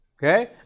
Okay